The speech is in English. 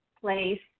place